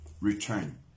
return